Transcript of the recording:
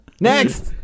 Next